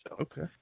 Okay